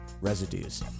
Residues